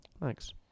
Thanks